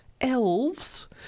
elves